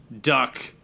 Duck